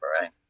right